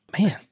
Man